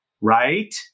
right